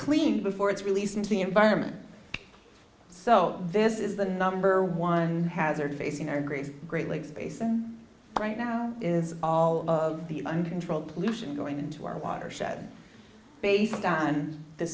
clean before it's released into the environment so this is the number one hazard facing our great great lakes basin right now is all of the uncontrolled pollution going into our watershed based on th